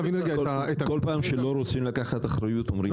כל פעם שלא רוצים לקחת אחריות אומרים הקודמים.